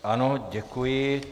Ano, děkuji.